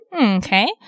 Okay